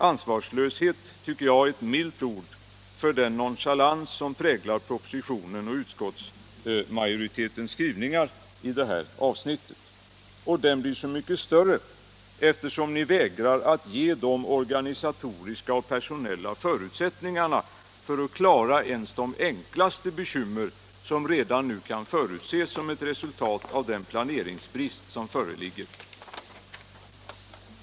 — Ansvarslöshet, tycker jag, är ett milt ord för den nonchalans som präglar propositionen och utskottsmajoritetens skrivningar i det här avsnittet. Och den blir så mycket större eftersom ni vägrar att ge de organisatoriska och personella förutsättningarna för att klara ens de enklaste bekymmer som redan nu kan förutses som ett resultat av den planeringsbrist som föreligger.